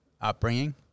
upbringing